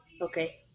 okay